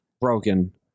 broken